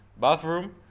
bathroom